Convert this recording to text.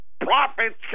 profits